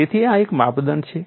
તેથી આ એક માપદંડ છે